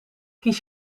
kies